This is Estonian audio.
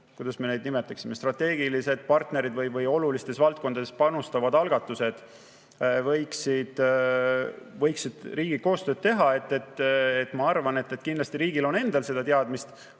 kuidas sellised, ütleme, strateegilised partnerid või olulistes valdkondades panustavad algatused võiksid riigiga koostööd teha, siis ma arvan, et riigil on endal seda teadmist.